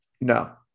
No